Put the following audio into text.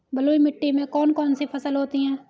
बलुई मिट्टी में कौन कौन सी फसल होती हैं?